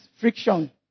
friction